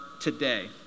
today